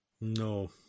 No